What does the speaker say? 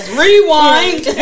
rewind